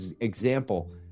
example